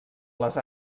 les